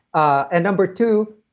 ah ah number two,